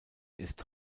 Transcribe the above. ist